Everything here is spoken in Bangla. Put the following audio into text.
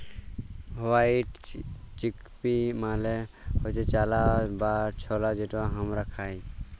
হয়াইট চিকপি মালে হচ্যে চালা বা ছলা যেটা হামরা খাই